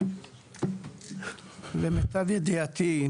למיטב ידיעתי,